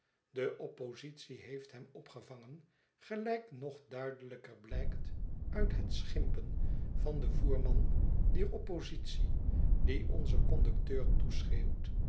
de oppositie heeft hem opgevangen gelijk nog duidelijker blijkt uit het schimpen van den voerman dier oppositie die onzen conducteur